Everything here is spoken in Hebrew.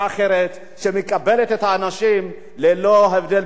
שמקבלת את האנשים ללא הבדל של צבע,